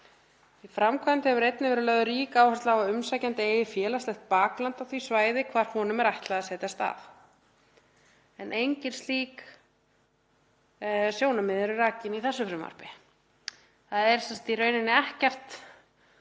Í framkvæmd hefur einnig verið lögð rík áhersla á að umsækjandi eigi félagslegt bakland á því svæði hvar honum er ætlað að setjast að. Engin slík sjónarmið eru rakin í frumvarpinu.“ Það er í raun ekkert